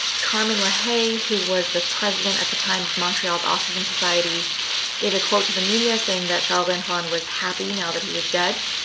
carmen lahay who was the president at the time of montreal's autism society gave a quote to the media saying that charles antoine was happy now that he was dead.